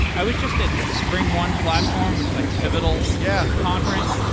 i was just at springone platform, which is like a pivotal yeah conference.